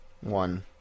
one